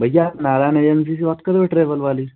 भैया नारायण एजेंसी से बात कर रहे हो ट्रेवल वाली